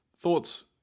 thoughts